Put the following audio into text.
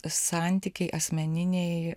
santykiai asmeniniai